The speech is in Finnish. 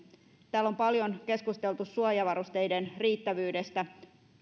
täällä on paljon keskusteltu suojavarusteiden riittävyydestä